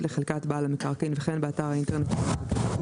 לחלקת בעל המקרקעין וכן באתר האינטרנט של המבקש,